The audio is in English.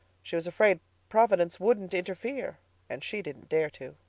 she was afraid providence wouldn't interfere and she didn't dare to.